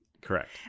Correct